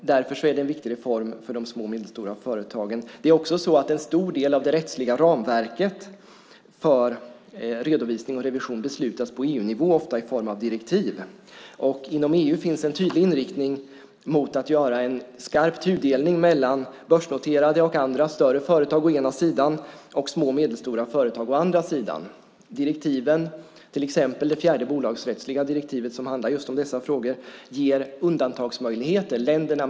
Därför är det en viktig reform för de små och medelstora företagen. En stor del av det rättsliga ramverket för redovisning och revision beslutas på EU-nivå, ofta i form av direktiv. Inom EU finns en tydlig inriktning mot att göra en skarp tudelning mellan börsnoterade och andra större företag å ena sidan och små och medelstora företag å andra sidan. Direktiven, till exempel det fjärde bolagsrättsliga direktivet som handlar just om dessa frågor, ger undantagsmöjligheter.